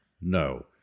No